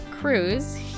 cruise